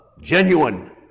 genuine